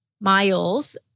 miles